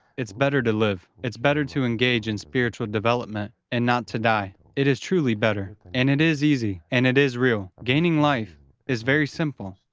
it's better to live, it's better to engage in spiritual development and not to die. it is truly better. and it is easy, and it is real. gaining life is very simple.